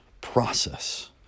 process